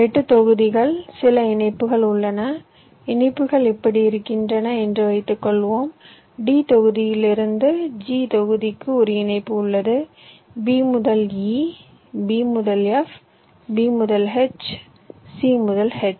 8 தொகுதிகள் சில இணைப்புகள் உள்ளன இணைப்புகள் இப்படி இருக்கின்றன என்று வைத்துக்கொள்வோம் D தொகுதியிலிருந்து G தொகுதிக்கு ஒரு இணைப்பு உள்ளது B முதல் E B முதல் F B முதல் H C முதல் H